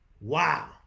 Wow